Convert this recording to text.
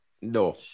No